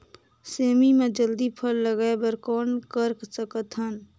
सेमी म जल्दी फल लगाय बर कौन कर सकत हन?